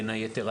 בין היתר,